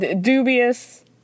dubious